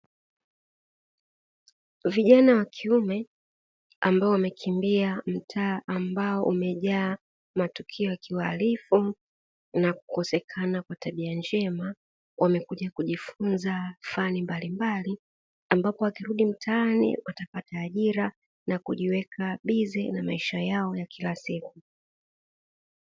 Vijana wa kiume ambao wamekimbia mtaa ambao umejaa matukio ya kiuharifu na kukosekana kwa tabia njema wamekuja kujifunza fani mbalimbali ambapo wakirudi mtaani watapata ajira na kujiweka bize na maisha yao ya kila siku.